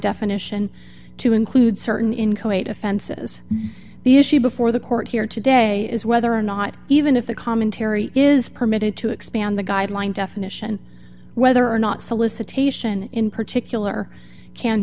definition to include certain in kuwait offenses the issue before the court here today is whether or not even if the commentary is permitted to expand the guideline definition whether or not solicitation in particular can